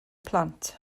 plant